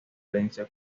herencia